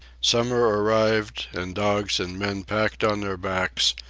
summer arrived, and dogs and men packed on their backs,